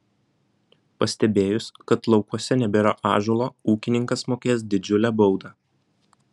pastebėjus kad laukuose nebėra ąžuolo ūkininkas mokės didžiulę baudą